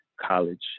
college